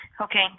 Okay